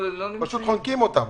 פשוט חונקים אותם.